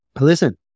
listen